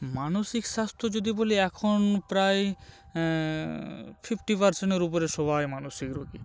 মানসিক স্বাস্থ্য যদি বলি এখন প্রায় ফিফটি পারসেন্টের উপরে সবাই মানসিক রুগী